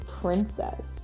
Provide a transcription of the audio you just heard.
princess